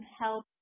help